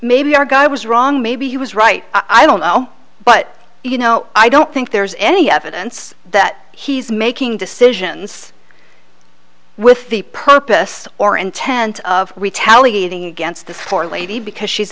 maybe our guy was wrong maybe he was right i don't know but you know i don't think there's any evidence that he's making decisions with the purpose or intent of retaliated against the four lady because she's